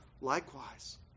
likewise